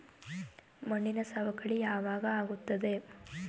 ಮಣ್ಣಿನ ಸವಕಳಿ ಯಾವಾಗ ಆಗುತ್ತದೆ?